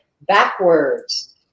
backwards